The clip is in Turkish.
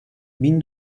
bin